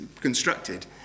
constructed